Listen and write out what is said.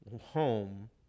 home